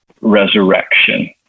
resurrection